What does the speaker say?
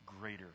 Greater